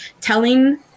telling